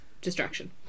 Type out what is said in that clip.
distraction